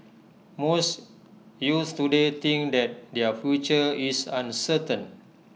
most youths to day think that their future is uncertain